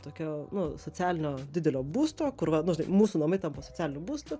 tokio nu socialinio didelio būsto kur va nu žinai mūsų namai tampa socialiniu būstu